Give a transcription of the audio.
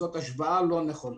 זאת השוואה לא נכונה.